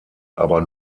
aber